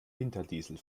winterdiesel